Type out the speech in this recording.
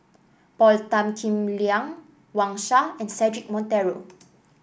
Paul Tan Kim Liang Wang Sha and Cedric Monteiro